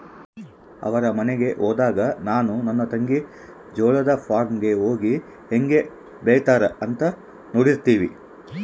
ಅವರ ಮನೆಗೆ ಹೋದಾಗ ನಾನು ನನ್ನ ತಂಗಿ ಜೋಳದ ಫಾರ್ಮ್ ಗೆ ಹೋಗಿ ಹೇಂಗೆ ಬೆಳೆತ್ತಾರ ಅಂತ ನೋಡ್ತಿರ್ತಿವಿ